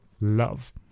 love